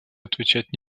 отвечать